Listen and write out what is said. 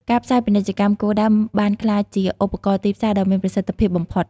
ការផ្សាយពាណិជ្ជកម្មគោលដៅ បានក្លាយជាឧបករណ៍ទីផ្សារដ៏មានប្រសិទ្ធភាពបំផុត។